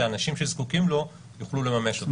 אלא שאנשים שזקוקים לו יוכלו לממש אותו,